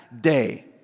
day